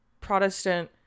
Protestant